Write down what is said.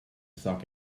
suck